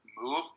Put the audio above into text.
move